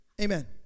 Amen